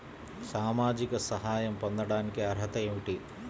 సామాజిక సహాయం పొందటానికి అర్హత ఏమిటి?